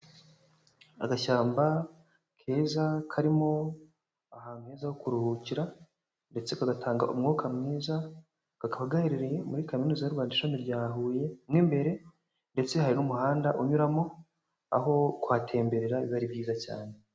Agashyamba keza karimo ahantu heza ho kuruhukira, ndetse kagatanga umwuka mwiza, kakaba gaherereye muri kaminuza y'u Rwanda ishami rya Huye mo imbere, ndetse hari n'umuhanda unyuramo, aho kuhatemberera biba byiza cyane.